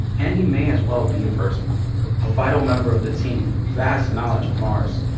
andi may as well be a person. a vital member of the team with vast knowledge of mars,